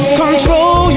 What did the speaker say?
control